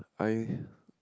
I